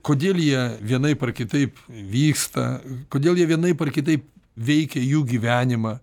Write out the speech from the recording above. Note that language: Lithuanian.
kodėl jie vienaip ar kitaip vyksta kodėl jie vienaip ar kitaip veikia jų gyvenimą